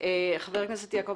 חבר הכנסת יעקב